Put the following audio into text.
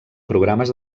programes